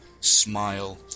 smile